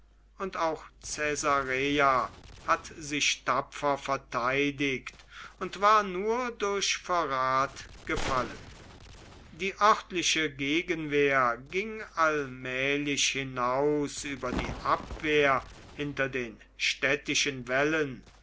und auch caesarea hatte sich tapfer verteidigt und war nur durch verrat gefallen die örtliche gegenwehr ging allmählich hinaus über die abwehr hinter den städtischen wällen